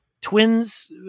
twins